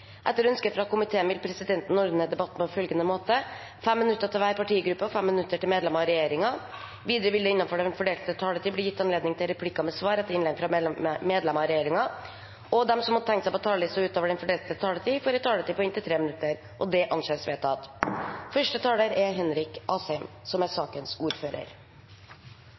Etter ønske fra finanskomiteen vil presidenten ordne debatten på følgende måte: 5 minutter til hver partigruppe og 5 minutter til medlemmer av regjeringen. Videre vil det – innenfor den fordelte taletid – bli gitt anledning til replikker med svar etter innlegg fra medlemmer av regjeringen, og de som måtte tegne seg på talerlisten utover den fordelte taletid, får en taletid på inntil 3 minutter. Denne delen av budsjettbehandlingen er ikke den delen som skaper mest konflikt, i hvert fall ikke i innstillingen, men det